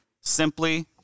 simply